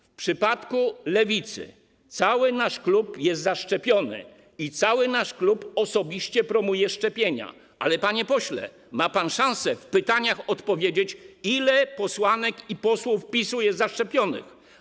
W przypadku Lewicy cały nasz klub jest zaszczepiony i cały nasz klub osobiście promuje szczepienia, ale, panie pośle, ma pan szansę w pytaniach odpowiedzieć, ile posłanek i posłów PiS-u jest zaszczepionych.